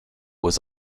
was